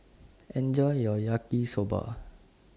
Enjoy your Yaki Soba